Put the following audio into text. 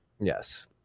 Yes